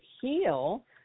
heal